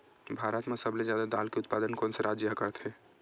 भारत मा सबले जादा दाल के उत्पादन कोन से राज्य हा करथे?